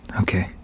Okay